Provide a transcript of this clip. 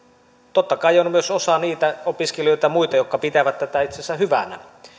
totta kai on myös osa opiskelijoita ja muita jotka pitävät tätä itse asiassa hyvänä